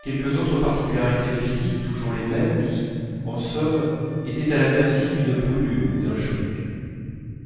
quelques autres particularités physiques toujours les mêmes qui en somme étaient à la merci d'une brûlure ou d'un choc